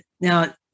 Now